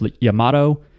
Yamato